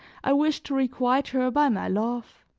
i wished to requite her by my love